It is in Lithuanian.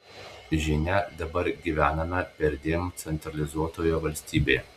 žinia dabar gyvename perdėm centralizuotoje valstybėje